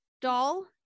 doll